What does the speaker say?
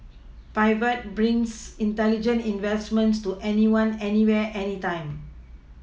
Pivot brings intelligent investments to anyone anywhere anytime